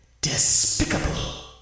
Despicable